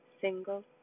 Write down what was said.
single